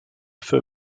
feu